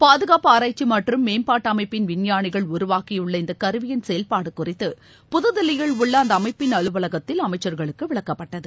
பாதுகாப்பு ஆராய்ச்சி மற்றும் மேம்பாட்டு அமைப்பின் விஞ்ஞானிகள் உருவாக்கியுள்ள இந்த கருவியின் செயல்பாடு குறித்து புதுதில்லியில் உள்ள அந்த அமைப்பின் அலுவலகத்தில் அமைச்சர்களுக்கு விளக்கப்பட்டது